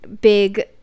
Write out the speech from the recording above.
big